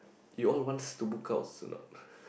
you all want to book out or not